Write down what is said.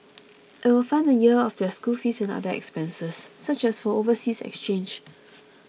it will fund a year of their school fees and other expenses such as for overseas exchange